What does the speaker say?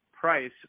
Price